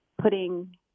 putting